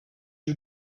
you